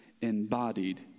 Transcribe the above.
embodied